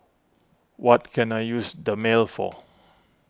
what can I use Dermale for